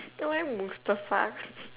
then why mustafa